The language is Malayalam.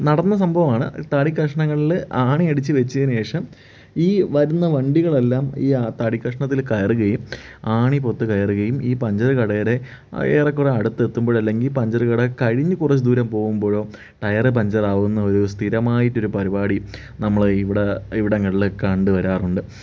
നടന്ന സംഭവമാണ് തടിക്കഷ്ണങ്ങളിൽ ആണി അടിച്ചു വെച്ചതിനുശേഷം ഈ വരുന്ന വണ്ടികളെല്ലാം ഈ തടിക്കഷ്ണത്തിൽ കയറുകയും ആണി പുറത്ത് കയറുകയും ഈ പഞ്ചർ കടയുടെ ഏറെക്കുറേ അടുത്ത് ഏത്തുമ്പോൾ അല്ലെങ്കിൽ ഈ പഞ്ചർ കട കഴിഞ്ഞു കുറച്ച് ദൂരം പോകുമ്പോഴോ ടയർ പഞ്ചർ ആകുന്ന ഒരു സ്ഥിരമായിട്ടൊരു പരിപാടി നമ്മൾ ഇവിടെ ഇവിടങ്ങളിൽ കണ്ട് വരാറുണ്ട്